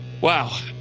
Wow